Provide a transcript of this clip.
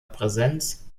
präsenz